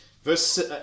Verse